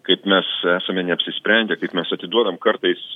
kaip mes esame neapsisprendę kaip mes atiduodam kartais